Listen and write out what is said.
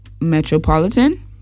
metropolitan